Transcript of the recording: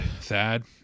Thad